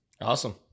Awesome